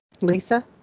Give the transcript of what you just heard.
Lisa